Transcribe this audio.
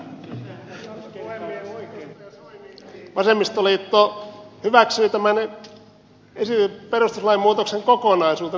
edustaja soini vasemmistoliitto hyväksyi tämän perustuslain muutoksen kokonaisuutena